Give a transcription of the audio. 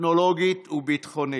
טכנולוגית וביטחונית.